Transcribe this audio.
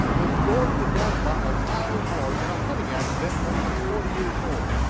was gored to death by a wild boar in a hunting accident when he was forty years old.